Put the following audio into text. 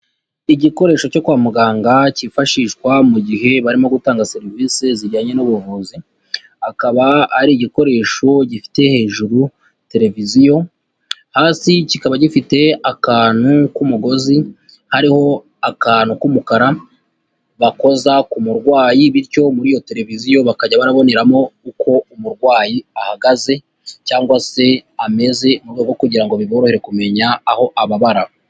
Igikoresho cyo kwa muganga cyifashishwa mu gihe barimo gutanga serivisi zijyanye n'ubuvuzi, akaba ari igikoresho gifite hejuru televiziyo, hasi kikaba gifite akantu k'umugozi, hariho akantu k'umukara bakoza ku murwayi, bityo muri iyo televiziyo bakajya baraboneramo uko umurwayi ahagaze, cyangwa se ameze, mu rwego rwo kugira ngo biborohere kumenya aho ababara.